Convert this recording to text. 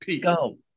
Go